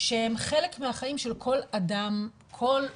שהם חלק מהחיים של כל אדם, כל ילד,